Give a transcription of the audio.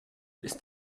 ist